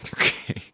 okay